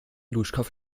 duschkopf